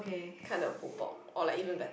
kinds of pulpo or like even better